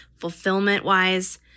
fulfillment-wise